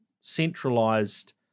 centralized